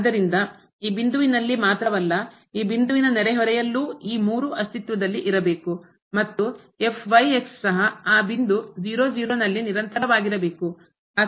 ಆದ್ದರಿಂದ ಈ ಬಿಂದುವಿನಲ್ಲಿ ಮಾತ್ರವಲ್ಲ ಈ ಬಿಂದುವಿನ ನೆರೆಹೊರೆಯಲ್ಲಿಯೂ ಈ ಮೂರೂ ಅಸ್ತಿತ್ವದಲ್ಲಿ ಇರಬೇಕು ಮತ್ತು ಸಹ ಆ ಬಿಂದು 0 0 ನಲ್ಲಿ ನಿರಂತರವಾಗಿರಬೇಕು